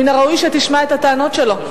מן הראוי שתשמע את הטענות שלו.